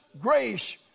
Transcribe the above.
grace